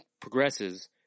progresses